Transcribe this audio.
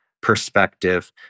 perspective